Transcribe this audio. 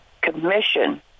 commission